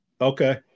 Okay